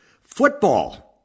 Football